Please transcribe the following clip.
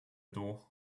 door